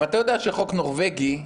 אתה יודע שחוק נורבגי,